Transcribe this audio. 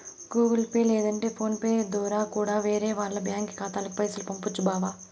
Google Pay లేదంటే PhonePe దోరా కూడా వేరే వాల్ల బ్యాంకి ఖాతాలకి పైసలు పంపొచ్చు బావా